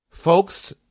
Folks